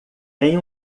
tem